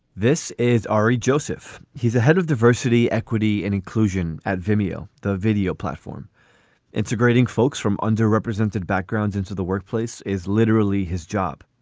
this is ari joseph. he's the head of diversity, equity and inclusion at vimeo. the video platform integrating folks from underrepresented backgrounds into the workplace is literally his job.